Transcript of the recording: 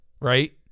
right